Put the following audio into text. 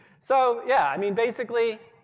so yeah, i mean, basically,